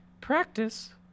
Practice